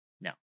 No